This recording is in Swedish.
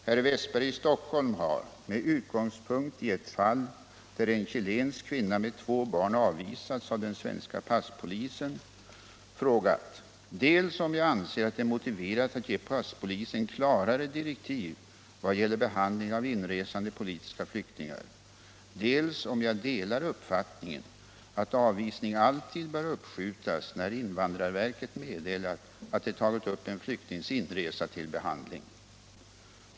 Herr Wästberg i Stockholm har, med utgångspunkt i ett fall där en chilensk kvinna med två barn avvisats av den svenska passpolisen, frågat dels om jag anser att det är motiverat att ge passpolisen klarare direktiv i vad gäller behandlingen av inresande politiska flyktingar, dels om jag delar uppfattningen att avvisning alltid bör uppskjutas, när invandrarverket meddelat att det tagit upp en flyktings inresa till behandling.